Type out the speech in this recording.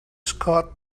scott